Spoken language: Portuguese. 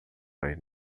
mais